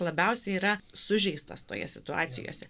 labiausiai yra sužeistas toje situacijose